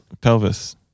Pelvis